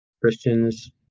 Christians